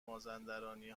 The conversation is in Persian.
مازندرانی